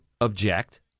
object